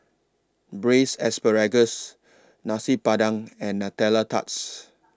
Braised Asparagus Nasi Padang and Nutella Tarts